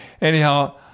Anyhow